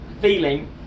feeling